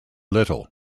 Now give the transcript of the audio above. little